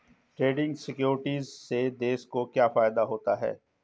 Trading securities से देश को क्या फायदा होता है?